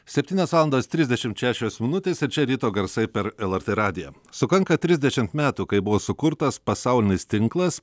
septynios valandos trisdešimt šešios minutės ir čia ryto garsai per lrt radiją sukanka trisdešimt metų kai buvo sukurtas pasaulinis tinklas